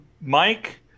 Mike